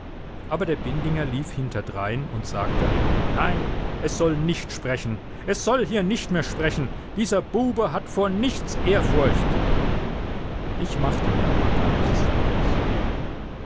aber der bindinger lief hinterdrein und sagte nein es soll nicht sprechen es soll hier nicht mehr sprechen dieser bube hat vor nichts ehrfurcht ich machte mir aber gar nichts daraus